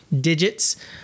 digits